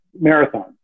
marathon